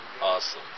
Awesome